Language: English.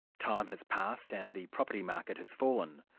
time has passed, and the property market has fallen.